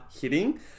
hitting